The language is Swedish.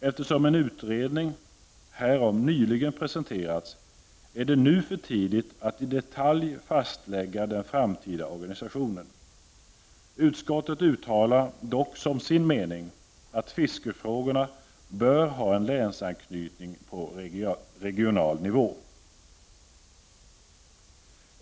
Eftersom en utredning härom nyligen presenterats är det nu för tidigt att i detalj fastlägga den framtida organisationen. Utskottet uttalar dock som sin mening att fiskefrågorna bör ha en länsanknytning på regional nivå.